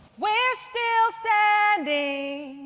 we're still standing.